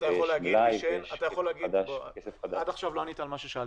ויש מלאי ויש כסף חדש --- עד עכשיו לא ענית על מה ששאלתי,